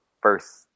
first